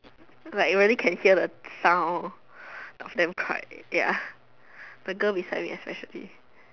like really can hear the sound of them crying ya the girl beside me especially